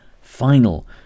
final